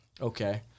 Okay